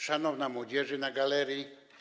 Szanowna młodzieży na galerii!